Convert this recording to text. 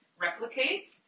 replicate